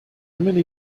many